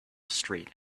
street